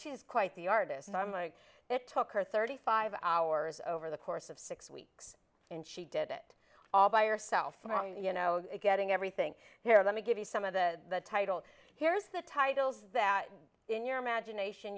she's quite the artist and i'm it took her thirty five hours over the course of six weeks and she did it all by yourself along the you know getting everything here let me give you some of the the title here is the titles that in your imagination